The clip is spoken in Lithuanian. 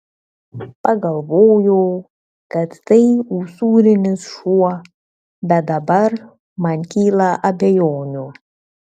pagalvojau kad tai usūrinis šuo bet dabar man kyla abejonių